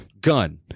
gun